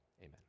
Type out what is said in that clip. Amen